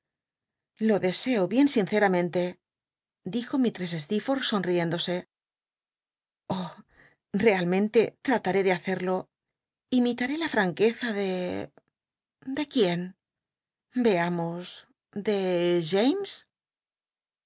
lo deseo bien sinceramente dijo mislress sleerfortb sonriéndose i oh realmente trataré de hacedo imitaré la franqueza de de quién veamos de